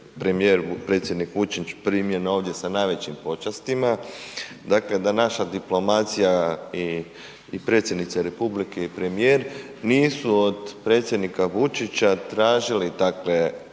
premijer, predsjednik Vučić primljen ovdje sa najvećim počastima, dakle, da naša diplomacija i predsjednica RH i premijer nisu od predsjednika Vučića tražili, dakle,